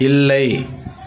இல்லை